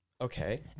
Okay